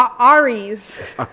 Aries